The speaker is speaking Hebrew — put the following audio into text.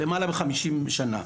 למעלה מ-50 שנה.